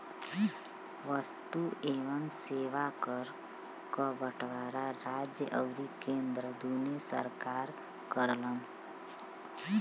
वस्तु एवं सेवा कर क बंटवारा राज्य आउर केंद्र दूने सरकार करलन